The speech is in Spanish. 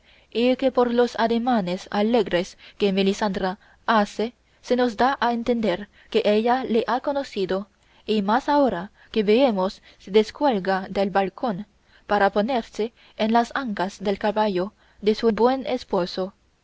y que por los ademanes alegres que melisendra hace se nos da a entender que ella le ha conocido y más ahora que veemos se descuelga del balcón para ponerse en las ancas del caballo de su buen esposo